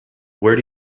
where